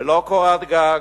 ללא קורת-גג,